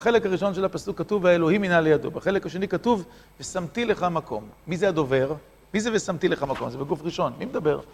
בחלק הראשון של הפסוק כתוב והאלוהים אינה לידו, בחלק השני כתוב ושמתי לך מקום. מי זה הדובר? מי זה ושמתי לך מקום? זה בגוף ראשון, מי מדבר? זה בגוף ראשון, מי מדבר?